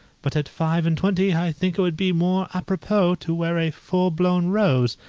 but at five-and-twenty i think it would be more apropos to wear a full-blown rose,